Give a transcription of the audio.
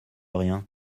rien